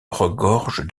regorge